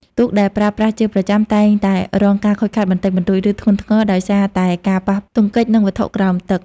ទូកដែលប្រើប្រាស់ជាប្រចាំតែងតែរងការខូចខាតបន្តិចបន្តួច ឬធ្ងន់ធ្ងរ ដោយសារតែការប៉ះទង្គិចនឹងវត្ថុក្រោមទឹក។